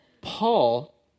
Paul